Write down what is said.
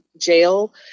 jail